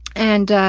and, ah,